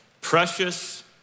Precious